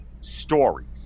stories